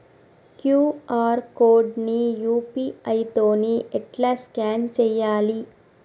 QR code ని UPI తోని ఎట్లా స్కాన్ చేయాలి?